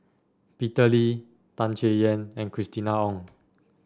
Peter Lee Tan Chay Yan and Christina Ong